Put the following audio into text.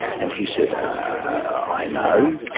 and he said, i know.